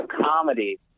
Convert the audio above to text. comedy